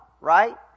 right